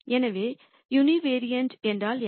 எனவே யூனிவரியட் என்றால் என்ன